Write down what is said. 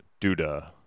Duda